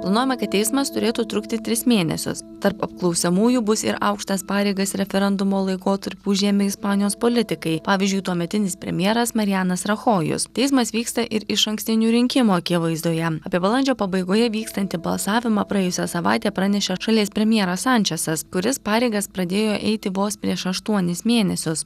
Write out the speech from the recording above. planuojama kad teismas turėtų trukti tris mėnesius tarp apklausiamųjų bus ir aukštas pareigas referendumo laikotarpiu užėmė ispanijos politikai pavyzdžiui tuometinis premjeras marijanas rachojus teismas vyksta ir išankstinių rinkimų akivaizdoje apie balandžio pabaigoje vykstantį balsavimą praėjusią savaitę pranešė šalies premjeras sančesas kuris pareigas pradėjo eiti vos prieš aštuonis mėnesius